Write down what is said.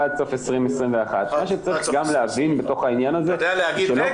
עד סוף 2021. מה שצריך להבין בתוך העניין הזה --- רגע.